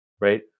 right